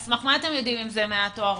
על סמך מה אתם יודעים אם זה מעט או הרבה?